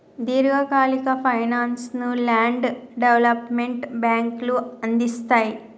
దీర్ఘకాలిక ఫైనాన్స్ ను land development బ్యేంకులు అందిస్తయ్